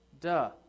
Duh